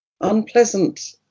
unpleasant